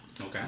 Okay